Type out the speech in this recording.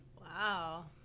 Wow